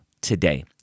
today